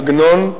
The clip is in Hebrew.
עגנון,